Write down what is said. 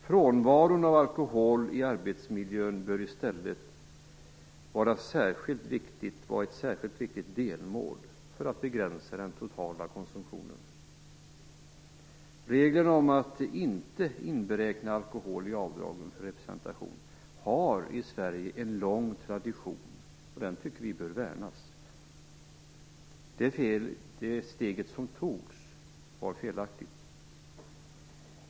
Frånvaron av alkohol i arbetsmiljön bör i stället vara ett särskilt viktigt delmål för att begränsa den totala konsumtionen. Reglerna om att inte ta med alkohol i avdragen för representation har i Sverige en lång tradition, och den tycker vi bör värnas. Det steg som togs var felaktigt.